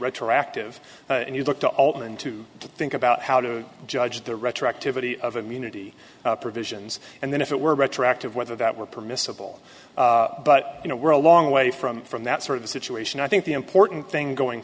retroactive and you look to all and to think about how to judge the retroactivity of immunity provisions and then if it were retroactive whether that were permissible but you know we're a long way from from that sort of situation i think the important thing going